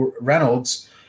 Reynolds